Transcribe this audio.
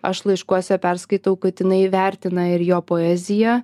aš laiškuose perskaitau kad jinai vertina ir jo poeziją